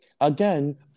Again